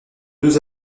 deux